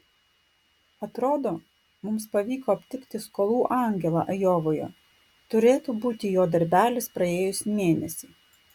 atrodo mums pavyko aptikti skolų angelą ajovoje turėtų būti jo darbelis praėjusį mėnesį